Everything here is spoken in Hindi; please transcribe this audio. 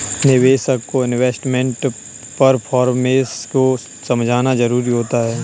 निवेशक को इन्वेस्टमेंट परफॉरमेंस को समझना जरुरी होता है